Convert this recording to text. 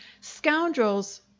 scoundrels